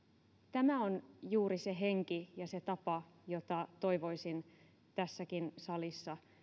tämä on juuri se henki ja se tapa jota toivoisin tässäkin salissa